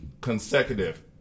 consecutive